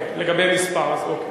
לגבי מספר, אז בסדר.